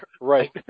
Right